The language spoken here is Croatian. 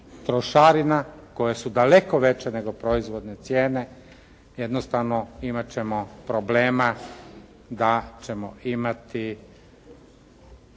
trošarina koje su daleko veće nego proizvodne cijene jednostavno imat ćemo problema da ćemo imati